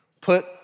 put